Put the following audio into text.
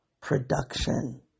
production